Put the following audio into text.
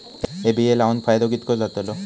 हे बिये लाऊन फायदो कितको जातलो?